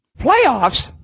Playoffs